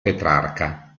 petrarca